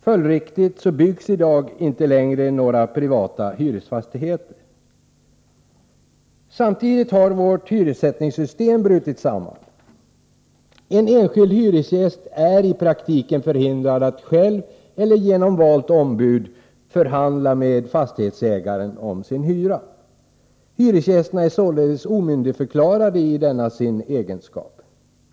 Följdriktigt byggs i dag inte längre några privata hyresfastigheter. Samtidigt har vårt hyressättningssystem brutit samman. En enskild hyresgäst är i praktiken förhindrad att själv eller genom valt ombud förhandla med fastighetsägaren om sin hyra. Hyresgästerna är således i denna sin egenskap omyndigförklarade.